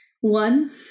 One